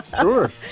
Sure